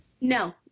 No